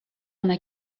гына